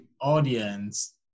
audience